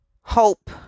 hope